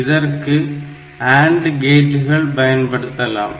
இதற்கு AND கேட்டுகள் பயன்படுத்தலாம்